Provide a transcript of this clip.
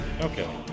Okay